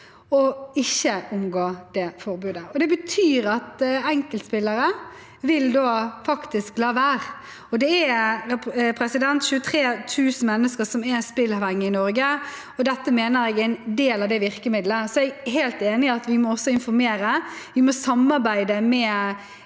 og ikke omgå forbudet. Det betyr at enkeltspillere faktisk vil la være. Det er 23 000 mennesker som er spilleavhengige i Norge, og dette mener jeg er en del av det virkemiddelet. Jeg er helt enig i at vi må informere. Vi må samarbeide med